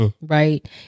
right